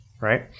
right